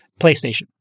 PlayStation